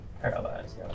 Paralyzed